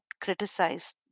criticized